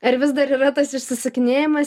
ar vis dar yra tas išsisukinėjimas